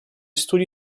studi